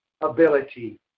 ability